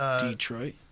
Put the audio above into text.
Detroit